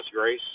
grace